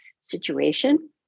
situation